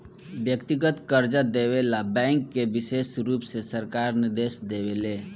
व्यक्तिगत कर्जा देवे ला बैंक के विशेष रुप से सरकार निर्देश देवे ले